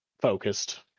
focused